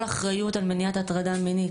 כל האחריות על מניעת הטרדה מינית,